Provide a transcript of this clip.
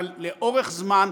אבל לאורך זמן,